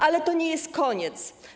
Ale to nie jest koniec.